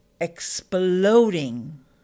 exploding